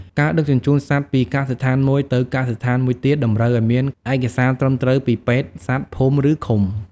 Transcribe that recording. ការដឹកជញ្ជូនសត្វពីកសិដ្ឋានមួយទៅកសិដ្ឋានមួយទៀត តម្រូវឱ្យមានឯកសារត្រឹមត្រូវពីពេទ្យសត្វភូមិ ឬឃុំ។